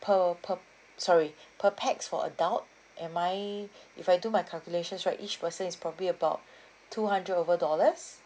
per per sorry per pax for adult am I if I do my calculations right each person is probably about two hundred over dollars